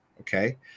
okay